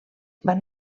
van